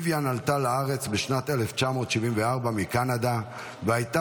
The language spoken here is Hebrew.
ויויאן עלתה לארץ בשנת 1974 מקנדה והייתה